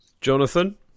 Jonathan